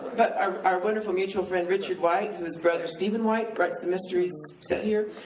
but our our wonderful mutual friend richard white, whose brother stephen white writes the mysteries set here,